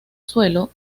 suelo